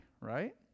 Right